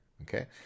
okay